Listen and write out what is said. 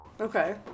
Okay